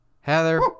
Heather